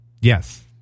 Yes